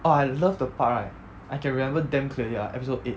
ah I love the part right I can remember damn clearly ah episode eight